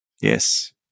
yes